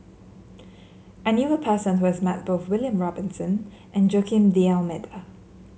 I knew a person who has met both William Robinson and Joaquim D'Almeida